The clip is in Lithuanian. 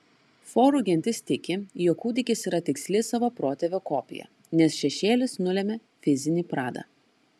forų gentis tiki jog kūdikis yra tiksli savo protėvio kopija nes šešėlis nulemia fizinį pradą